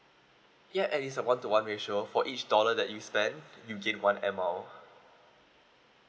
ya and it's a one to one ratio for each dollar that you spent you gain one air mile